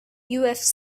ufc